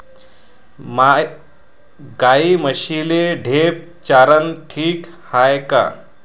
गाई म्हशीले ढेप चारनं ठीक हाये का?